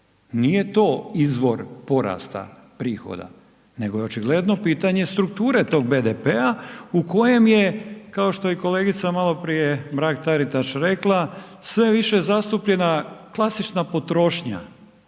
nije to izvor porasta prihoda, nego je očigledno pitanje strukture tog BDP-a u kojem je, kao što je i kolegica maloprije Mrak Taritaš rekla, sve više je zastupljena klasična potrošnja,